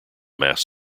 mass